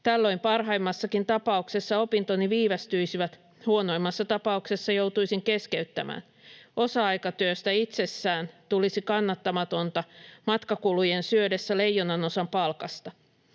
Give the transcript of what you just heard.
Tällöin parhaimmassakin tapauksessa opintoni viivästyisivät, huonoimmassa tapauksessa joutuisin keskeyttämään. Osa-aikatyöstä itsessään tulisi kannattamatonta matkakulujen syödessä leijonanosan palkasta.